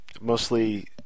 Mostly